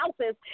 houses